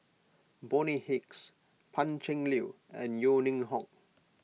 Bonny Hicks Pan Cheng Lui and Yeo Ning Hong